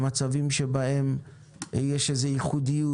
למקרים שבהם יש איזו ייחודיות,